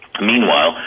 meanwhile